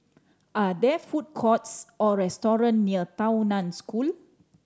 are there food courts or restaurant near Tao Nan School